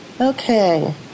Okay